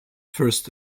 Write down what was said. first